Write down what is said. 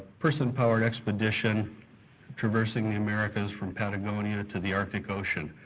person powered expedition traversing the americas from patagonia to the arctic ocean.